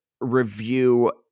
review